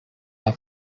air